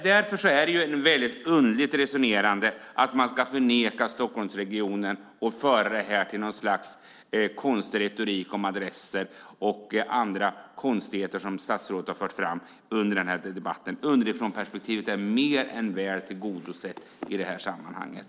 Därför är det underligt resonerande att förneka Stockholmsregionen och föra en konstig retorik om adresser och andra konstigheter som statsrådet har fört fram under debatten. Underifrånperspektivet är mer än väl tillgodosett i det här sammanhanget.